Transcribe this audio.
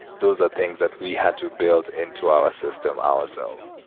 those are things that we had to build into our system ourselves.